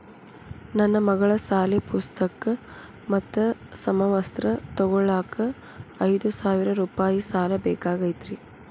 ನನ್ನ ಮಗಳ ಸಾಲಿ ಪುಸ್ತಕ್ ಮತ್ತ ಸಮವಸ್ತ್ರ ತೊಗೋಳಾಕ್ ಐದು ಸಾವಿರ ರೂಪಾಯಿ ಸಾಲ ಬೇಕಾಗೈತ್ರಿ